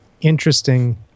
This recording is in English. interesting